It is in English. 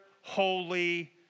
holy